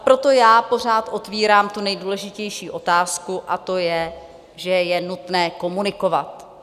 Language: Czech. Proto já pořád otevírám tu nejdůležitější otázku a to je, že je nutné komunikovat.